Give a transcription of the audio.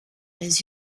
les